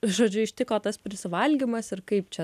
žodžiu ištiko tas prisivalgymas ir kaip čia